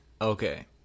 Okay